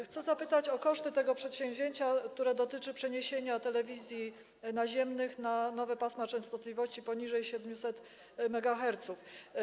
Chcę zapytać o koszty tego przedsięwzięcia, które dotyczy przeniesienia telewizji naziemnych na nowe pasma częstotliwości poniżej 700 MHz.